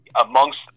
amongst